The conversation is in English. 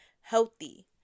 healthy